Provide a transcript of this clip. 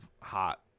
hot